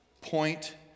point